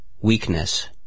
Weakness